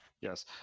yes